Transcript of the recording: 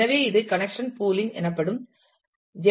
எனவே இது connection pooling எனப்படும் ஜே